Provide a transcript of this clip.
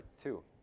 two